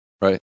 right